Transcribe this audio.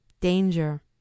danger